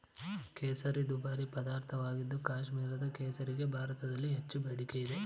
ಕೇಸರಿ ದುಬಾರಿ ಪದಾರ್ಥವಾಗಿದ್ದು ಕಾಶ್ಮೀರದ ಕೇಸರಿಗೆ ಭಾರತದಲ್ಲಿ ಹೆಚ್ಚು ಬೇಡಿಕೆ ಇದೆ